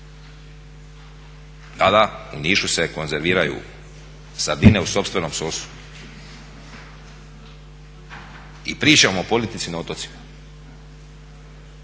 da u Nišu se konzerviraju sardine u sopstvenom sosu. I pričamo o politici na otocima.